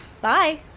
bye